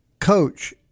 Coach